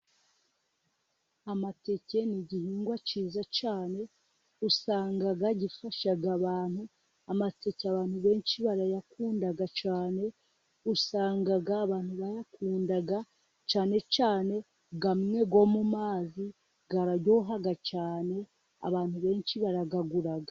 Amateke ni igihingwa cyiza cyane. Usanga gifasha abantu. Amateke abantu benshi barayakunda cyane. Usanga abantu bayakunda, cyane cyane amwe yo mu mazi. Araryoha cyane, abantu benshi barayagura.